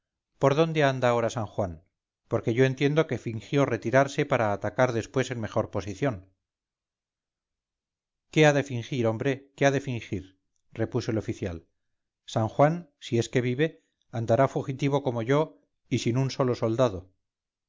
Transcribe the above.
por dónde anda ahora san juan porque yo entiendo que fingió retirarse para atacar después en mejor posición qué ha de fingir hombre qué ha de fingir repuso el oficial san juan si es que vive andará fugitivo como yo y sin un solo soldado